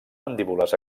mandíbules